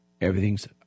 everything's